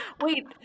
Wait